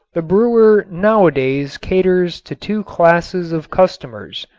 the brewer nowadays caters to two classes of customers.